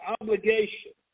obligation